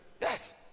Yes